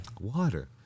Water